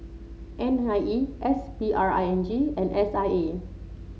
N I E S P R I N G and S I A